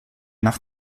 nach